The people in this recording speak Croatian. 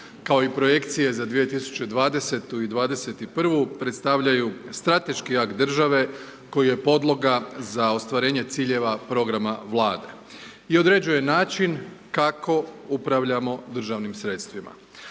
kao i Projekcije za 2020. i 2021,. predstavljaju strateški akt države koji je podloga za ostvarenje ciljeva programa Vlade, i određuje način kako upravljamo državnim sredstvima.